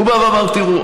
הוא בא ואמר: תראו,